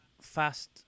fast